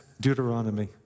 Deuteronomy